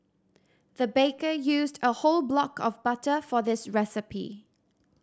the baker used a whole block of butter for this recipe